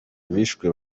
abishwe